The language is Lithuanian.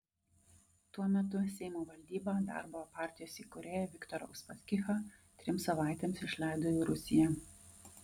tuo metu seimo valdyba darbo partijos įkūrėją viktorą uspaskichą trims savaitėms išleido į rusiją